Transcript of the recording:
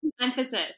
emphasis